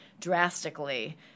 drastically